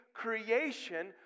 Creation